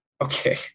Okay